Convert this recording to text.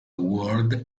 world